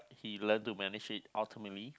he learn to manage it ultimately